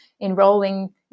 enrolling